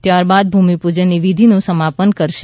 ત્યારબાદ ભૂમિપુજનની વીધીનું સમાપન કરાશે